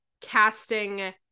casting